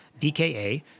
DKA